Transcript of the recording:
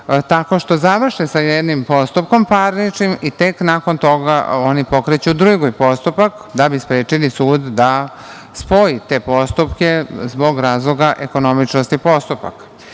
tako što završe sa jednim parničnim postupkom, i tek nakon toga oni pokreću drugi postupak, da bi sprečili sud da spoji te postupke zbog razloga ekonomičnosti postupaka. Tako